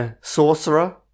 Sorcerer